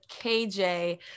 KJ